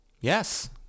Yes